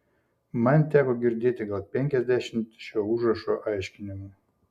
man teko girdėti gal penkiasdešimt šio užrašo aiškinimų